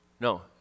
No